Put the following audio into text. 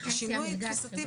זה שינוי תפיסתי,